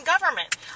government